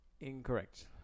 Incorrect